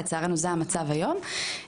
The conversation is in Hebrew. לצערנו זה המצב היום.